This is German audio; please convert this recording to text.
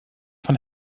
von